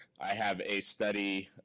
i have a study,